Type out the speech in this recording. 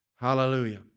Hallelujah